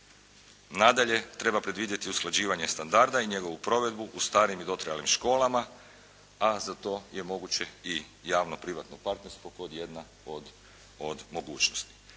Nadalje, treba predvidjeti usklađivanje standarda i njegovu provedbu u starim i dotrajalim školama, a za to je moguće i javno privatno partnerstvo kao jedna od mogućnosti.